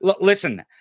Listen